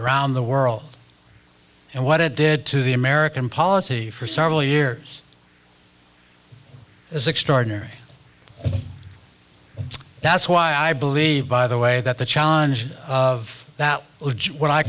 around the world and what it did to the american policy for several years is extraordinary that's why i believe by the way that the challenge of that what i